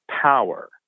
power